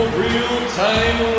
real-time